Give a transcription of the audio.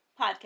podcast